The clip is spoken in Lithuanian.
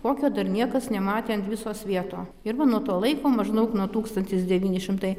kokio dar niekas nematė ant viso svieto ir va nuo to laiko maždaug nuo tūkstantis devyni šimtai